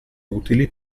utili